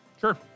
sure